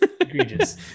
Egregious